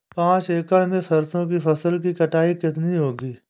पांच एकड़ में सरसों की फसल की कटाई कितनी होगी?